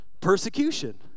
persecution